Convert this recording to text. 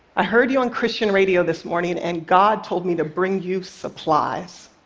i heard you on christian radio this morning, and god told me to bring you supplies.